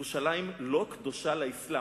ירושלים לא קדושה לאסלאם,